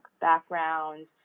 background